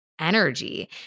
energy